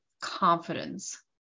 confidence